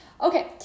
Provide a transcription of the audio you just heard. Okay